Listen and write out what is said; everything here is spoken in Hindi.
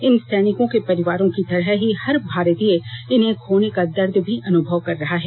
इन सैनिकों के परिवारों की तरह ही हर भारतीय इन्हें खोने का दर्द भी अनुभव कर रहा है